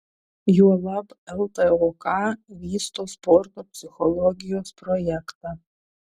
juolab ltok vysto sporto psichologijos projektą